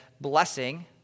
blessing